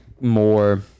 more